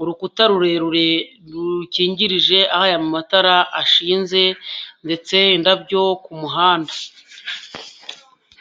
urukuta rurerure rukingirije aho aya matara ashinze ndetse indabyo ku muhanda.